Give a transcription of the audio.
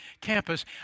campus